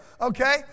okay